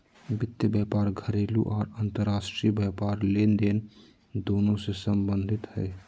वित्त व्यापार घरेलू आर अंतर्राष्ट्रीय व्यापार लेनदेन दोनों से संबंधित हइ